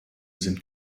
sind